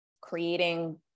creating